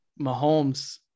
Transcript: Mahomes